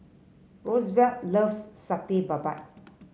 Roosevelt loves Satay Babat